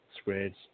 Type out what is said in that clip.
spreads